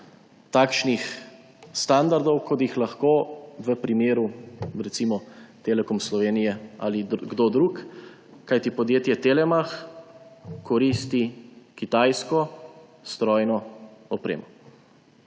takšnih standardov, kot jih lahko recimo Telekom Slovenije ali kdo drug, kajti podjetje Telemach koristi kitajsko strojno opremo.